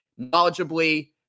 knowledgeably